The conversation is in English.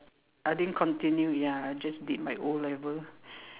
I didn't continue ya I just did my O-level